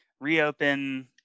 reopen –